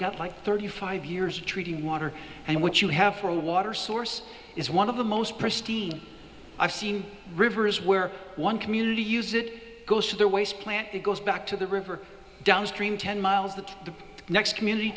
got like thirty five years of treating water and what you have for a water source is one of the most pristine i've seen rivers where one community use it goes to their waste plant it goes back to the river downstream ten miles the the next community